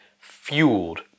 fueled